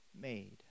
made